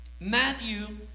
Matthew